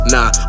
Nah